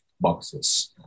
boxes